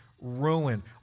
ruin